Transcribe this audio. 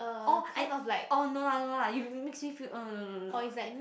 orh I orh no lah no lah you makes me feel uh no no no